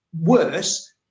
worse